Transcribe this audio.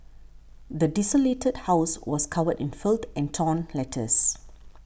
the desolated house was covered in filth and torn letters